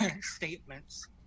statements